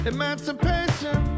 Emancipation